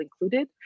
included